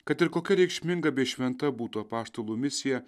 kad ir kokia reikšminga bei šventa būtų apaštalų misija